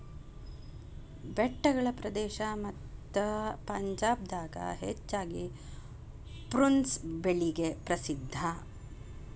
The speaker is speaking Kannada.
ಬೆಟ್ಟಗಳ ಪ್ರದೇಶ ಮತ್ತ ಪಂಜಾಬ್ ದಾಗ ಹೆಚ್ಚಾಗಿ ಪ್ರುನ್ಸ್ ಬೆಳಿಗೆ ಪ್ರಸಿದ್ಧಾ